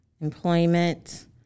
employment